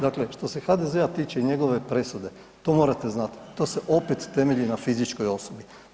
Dakle, što se HDZ-a tiče i njegove presude to morate znati, to se opet temelji na fizičkoj osobi.